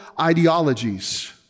ideologies